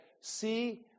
see